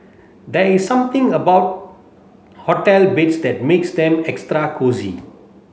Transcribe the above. there is something about hotel beds that makes them extra cosy